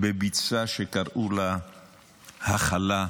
בביצה שקראו לה הכלה.